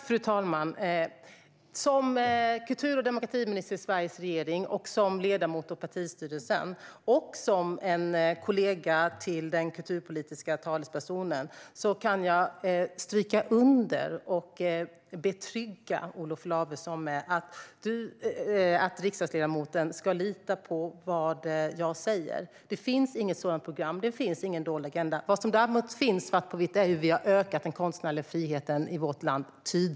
Fru talman! Som kultur och demokratiminister i Sveriges regering, som ledamot i partistyrelsen och som kollega till den kulturpolitiska talespersonen kan jag stryka under och betrygga Olof Lavesson i att riksdagsledamoten ska lita på vad jag säger. Det finns inget sådant program, och det finns ingen dold agenda. Vad som däremot finns svart på vitt är att vi tydligt har ökat den konstnärliga friheten i vårt land.